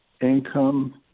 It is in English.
income